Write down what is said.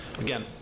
Again